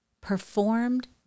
performed